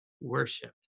worship